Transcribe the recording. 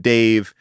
Dave